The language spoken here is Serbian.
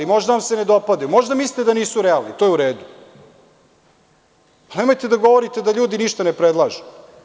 Možda vam se ne dopadaju, možda mislite da nisu realni, i to je u redu, ali nemojte da govorite da ljudi ništa ne predlažu.